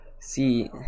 See